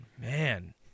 Man